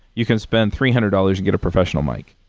you can spend three hundred dollars and get a professional mic.